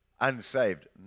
unsaved